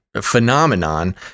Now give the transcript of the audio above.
phenomenon